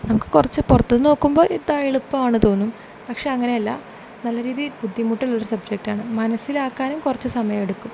നമുക്ക് കുറച്ചു പുറത്തു നിന്നു നോക്കുമ്പോൾ ഇത് എളുപ്പ മാണെന്നു തോന്നും പക്ഷെ അങ്ങനെയല്ല നല്ല രീതിയിൽ ബുദ്ധിമുട്ടുള്ള ഒരു സബ്ജക്റ്റാണ് മനസ്സിലാക്കാനും കുറച്ചു സമയമെടുക്കും